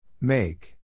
Make